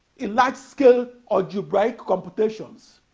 in large-scale algebraic computations